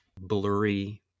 blurry